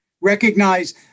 Recognize